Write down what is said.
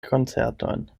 koncertojn